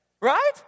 right